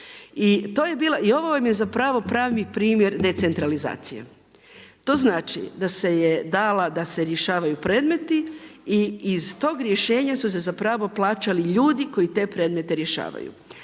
I ovo vam je zapravo pravi primjer decentralizacije. To znači da se je dala da se rješavaju predmeti i iz tog rješenja su se plaćali ljudi koji te predmete rješavaju.